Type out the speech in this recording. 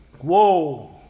Whoa